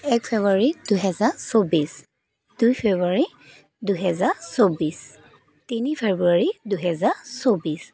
এক ফেব্ৰুৱাৰী দুহেজাৰ চৌব্বিছ দুই ফেব্ৰুৱাৰী দুহেজাৰ চৌব্বিছ তিনি ফেব্ৰুৱাৰী দুহেজাৰ চৌব্বিছ